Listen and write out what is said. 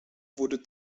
wurde